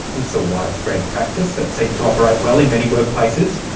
it's a widespread practice that seems to operate well in many workplaces,